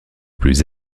plus